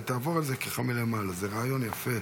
תעבור על זה מלמעלה, זה רעיון יפה.